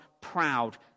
proud